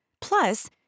Plus